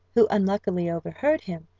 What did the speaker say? who unluckily overheard him,